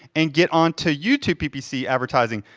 and get onto youtube ppc advertising.